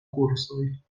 kursoj